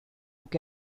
que